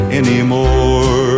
anymore